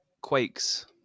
Quake's